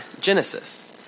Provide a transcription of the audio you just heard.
genesis